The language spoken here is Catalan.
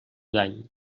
dany